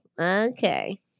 Okay